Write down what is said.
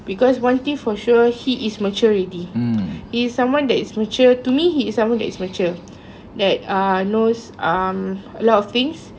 because one thing for sure he is mature already he is someone that is mature to me he is someone that is mature like uh knows um a lot of things